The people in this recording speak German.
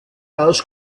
aus